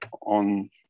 on